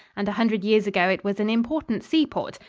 and a hundred years ago it was an important seaport,